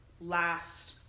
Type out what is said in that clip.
Last